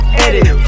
edit